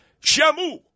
Chamu